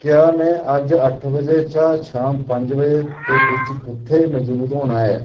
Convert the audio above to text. क्या में अज्ज अट्ठ बजे शा शाम पंज बजे दे बिच्च कुत्थै मजूद होना ऐ